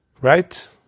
Right